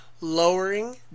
lowering